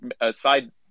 aside